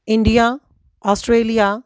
India Australia